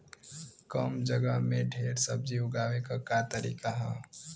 कम जगह में ढेर सब्जी उगावे क का तरीका ह?